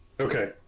Okay